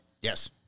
Yes